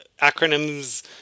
acronyms